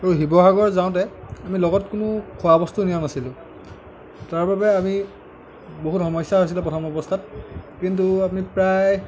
শিৱসাগৰ যাওঁতে আমি লগত কোনো খোৱাবস্তু নিয়া নাছিলোঁ তাৰবাবে আমি বহুত সমস্যা হৈছিলে প্ৰথম অৱস্থাত কিন্তু আমি প্ৰায়